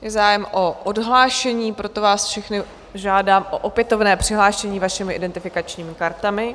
Je zájem o odhlášení, proto vás všechny žádám o opětovné přihlášení vašimi identifikačními kartami.